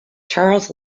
charles